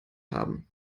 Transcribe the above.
haben